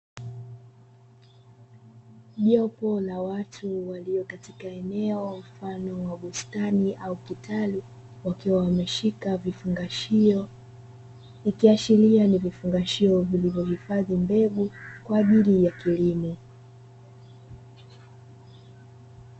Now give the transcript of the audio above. Jopo la watu walio katika eneo mfano wa bustani au kitaru wakiwa wameshika vifungashio, ikiashiria ni vifungashio vilivyohifadhi mbegu kwa ajili ya kilimo.